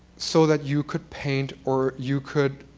so that you could paint, or you could